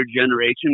generation